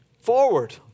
forward